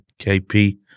KP